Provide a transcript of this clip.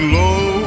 low